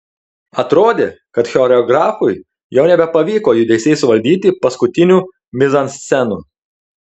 atrodė kad choreografui jau nebepavyko judesiais suvaldyti paskutinių mizanscenų